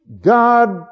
God